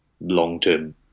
long-term